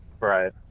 Right